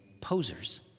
posers